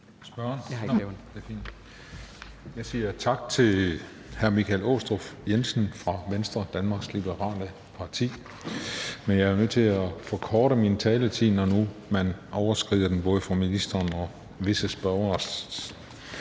Jeg siger tak til hr. Michael Aastrup Jensen fra Venstre, Danmarks Liberale Parti – men jeg er nødt til at forkorte min taletid, når nu man overskrider den både fra ministerens og visse spørgeres